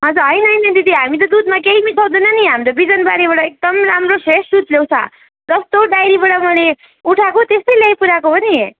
हजुर होइन होइन दिदी हामी त दुधमा केही मिसाउँदैनौँ नि हामीले बिजनबारीबाट एकदम राम्रो फ्रेस दुध ल्याउँछौँ जस्तो डायरीबाट मैले उठाएको त्यस्तै ल्याइपुर्यएको हो नि